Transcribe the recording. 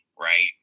right